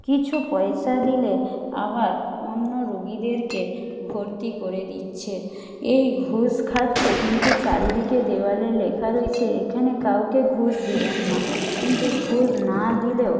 কিছু পয়সা দিলে আবার অন্য রোগীদেরকে ভর্তি করে দিচ্ছে এই ঘুষ খাচ্ছে কিন্তু চারিদিকে দেওয়ালে লেখা রয়েছে এখানে কাউকে ঘুষ দেবেন না কিন্তু ঘুষ না দিলেও